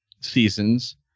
seasons